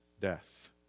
death